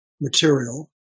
material